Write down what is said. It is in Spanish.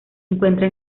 encuentra